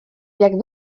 jak